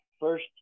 first